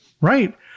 right